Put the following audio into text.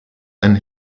and